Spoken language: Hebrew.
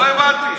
לא הבנתי.